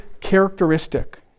characteristic